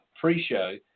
pre-show